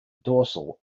dorsal